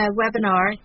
webinar